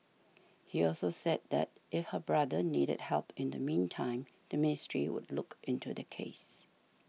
he also said that if her brother needed help in the meantime the ministry would look into the case